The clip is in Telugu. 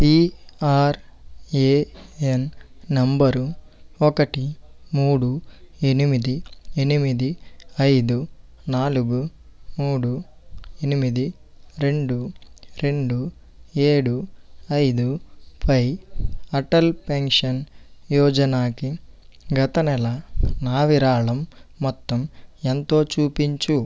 పిఆర్ఏఎన్ నంబరు ఒకటి మూడు ఎనిమిది ఎనిమిది ఐదు నాలుగు మూడు ఎనిమిది రెండు రెండు ఏడు ఐదు పై అటల్ పెన్షన్ యోజనాకి గత నెల నా విరాళం మొత్తం ఎంతో చూపించు